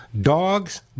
Dogs